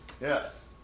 Yes